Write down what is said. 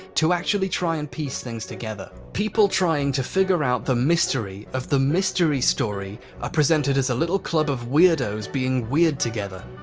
to actually try and piece things together people trying to figure out the mystery of the mystery story are presented as a little club of weirdos being weird together.